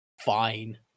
fine